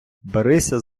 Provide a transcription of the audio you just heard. берися